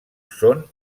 són